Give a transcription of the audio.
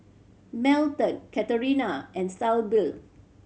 Melton Katharina and Syble